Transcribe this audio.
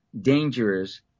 dangerous